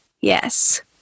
Yes